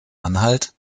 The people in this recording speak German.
anhalt